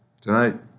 tonight